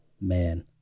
Man